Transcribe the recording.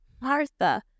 Martha